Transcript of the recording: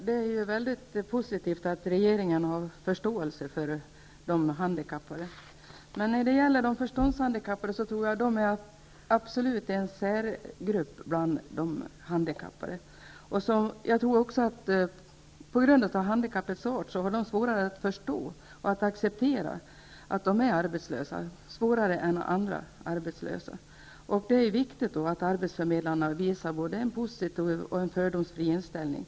Herr talman! Det är mycket positivt att regeringen har förståelse för de handikappade. Men jag tror att de förståndshandikappade är en absolut särgrupp när det gäller de handikappade. Vidare tror jag att dessa på grund av handikappets art har svårare att förstå och acceptera att arbetslösheten inom den gruppen är högre än för andra arbetslösa. Mot den bakgrunden är det viktigt att arbetsförmedlarna visar både en positiv och en fördomsfri inställning.